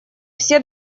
все